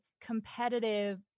competitive